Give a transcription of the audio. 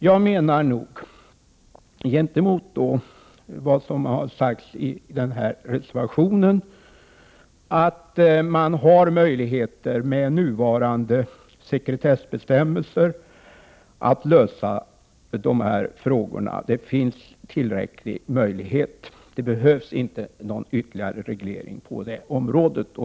Jag menar, gentemot vad som har sagts i den reservationen, att man med nuvarande sekretessbestämmelser har tillräckliga möjligheter att lösa de här frågorna. Det behövs inte någon ytterligare reglering på det området.